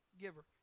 giver